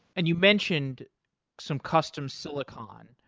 and you mentioned some custom silicon.